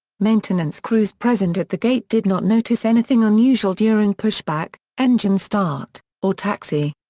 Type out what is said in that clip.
maintenance crews present at the gate did not notice anything unusual during pushback, engine start, or taxi.